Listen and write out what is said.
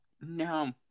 no